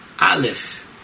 Aleph